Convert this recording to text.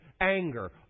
anger